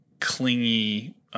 clingy